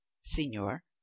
signor